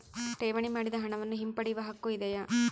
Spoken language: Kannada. ಠೇವಣಿ ಮಾಡಿದ ಹಣವನ್ನು ಹಿಂಪಡೆಯವ ಹಕ್ಕು ಇದೆಯಾ?